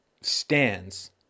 stands